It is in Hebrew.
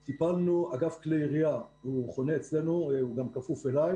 אגף כלי ירייה חונה אצלנו והוא גם כפוף אלי.